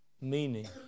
meaning